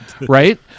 Right